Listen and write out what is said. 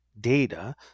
data